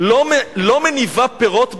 לא מניבה פירות באושים,